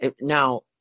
now-